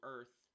Earth